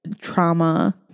trauma